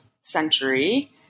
century